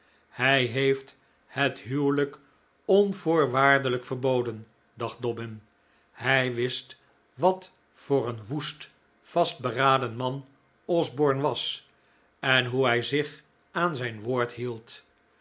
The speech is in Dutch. hij heeft het huwelijk onvoorwaardelijk verboden dacht dobbin hij wist wat voor een woest vastberaden man osborne was en hoe hij zich aan zijn woord hield